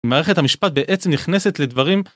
מערכת המשפט בעצם נכנסת לדברים...